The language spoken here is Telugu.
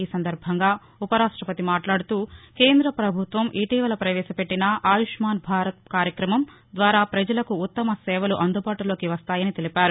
ఈ సందర్బంగా ఉపరాష్టపతి మాట్లాడుతూ కేంద్ర ప్రభుత్వం ఇటీవల పవేశపెట్టిన ఆయుష్మాన్ భారత్ కార్యక్రమం ద్వారా పజలకు ఉత్తమ సేవలు అందుబాటులోకి వస్తాయని తెలిపారు